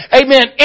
amen